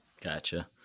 gotcha